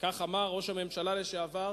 כך אמר ראש הממשלה לשעבר